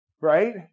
right